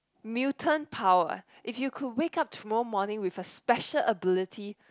mutant power if you could wake up tomorrow morning with a special ability